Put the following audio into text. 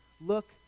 look